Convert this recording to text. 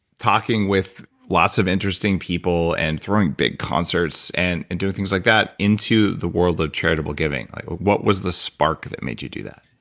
talking with lots of interesting people, and throwing big concerts, and and doing things like that, into the world of charitable giving? like what was the spark that made you do that?